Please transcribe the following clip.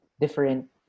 different